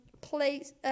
place –